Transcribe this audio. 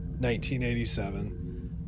1987